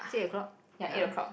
eight o-clock ya